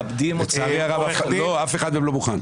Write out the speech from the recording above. לצערי הרב אף אחד לא מוכן.